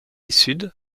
sud